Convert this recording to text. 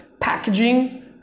packaging